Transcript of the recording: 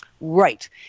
Right